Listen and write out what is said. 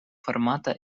формата